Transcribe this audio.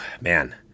man